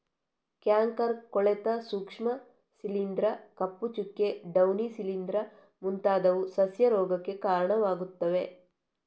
canker, ಕೊಳೆತ ಸೂಕ್ಷ್ಮ ಶಿಲೀಂಧ್ರ, ಕಪ್ಪು ಚುಕ್ಕೆ, ಡೌನಿ ಶಿಲೀಂಧ್ರ ಮುಂತಾದವು ಸಸ್ಯ ರೋಗಕ್ಕೆ ಕಾರಣವಾಗುತ್ತವೆ